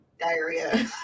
diarrhea